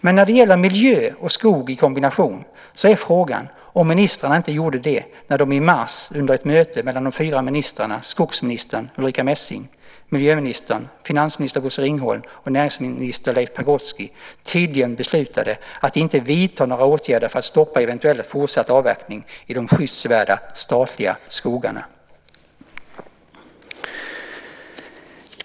Men när det gäller miljö och skog i kombination är frågan om inte ministrarna gjorde detta när de i mars under ett möte med de fyra ministrarna, skogsminister Ulrica Messing, miljöministern, finansminister Bosse Ringholm och näringsminister Leif Pagrotsky, tydligen beslutade att inte vidta några åtgärder för att stoppa eventuell fortsatt avverkning i de skyddsvärda statliga skogarna.